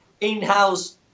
in-house